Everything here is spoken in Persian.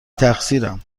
تقصیرم